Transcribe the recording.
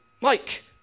Mike